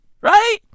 Right